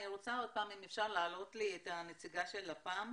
אני רוצה עוד פעם אם אפשר להעלות את הנציגה של לפ"מ.